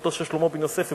בתקופתו של שלמה בן-יוסף,